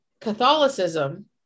Catholicism